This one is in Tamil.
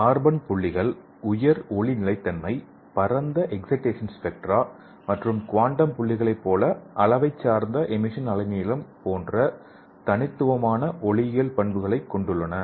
கார்பன் புள்ளிகள் உயர் ஒளி நிலைத்தன்மை பரந்த எக்ஸைடேசன் ஸ்பெக்ட்ரா மற்றும் குவாண்டம் புள்ளிகளைப் போன்ற அளவைச் சார்ந்த எமிசன் அலைநீளம் போன்ற தனித்துவமான ஒளியியல் பண்புகளை கொண்டுள்ளன